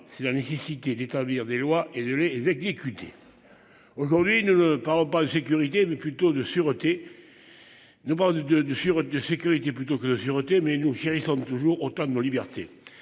si la nécessité d'établir des lois et de les exécuter. Aujourd'hui, nous ne parlons pas de sécurité mais plutôt de sûreté. Nous parlons de de de sûreté de sécurité plutôt que de sûreté, mais nous chérissons toujours autant de nos libertés